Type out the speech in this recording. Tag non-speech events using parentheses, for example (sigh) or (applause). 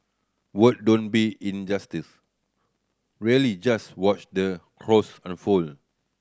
word don't be in justice really just watch the (unintelligible) unfold